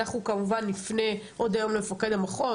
אנחנו כמובן נפנה עוד היום למפקד המחוז,